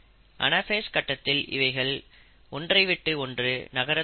anaphase கட்டத்தில் இவைகள் ஒன்றை விட்டு ஒன்று நகரத் தொடங்கும்